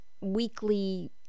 weekly